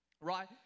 right